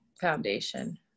foundation